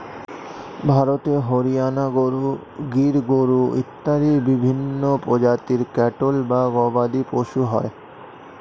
ভারতে হরিয়ানা গরু, গির গরু ইত্যাদি বিভিন্ন প্রজাতির ক্যাটল বা গবাদিপশু হয়